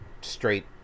straight